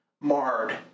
marred